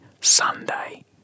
Sunday